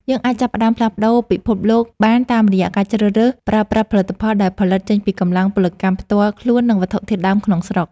យើងអាចចាប់ផ្ដើមផ្លាស់ប្ដូរពិភពលោកបានតាមរយៈការជ្រើសរើសប្រើប្រាស់ផលិតផលដែលផលិតចេញពីកម្លាំងពលកម្មផ្ទាល់ខ្លួន និង វត្ថុធាតុដើមក្នុងស្រុក។